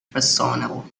personnel